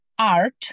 art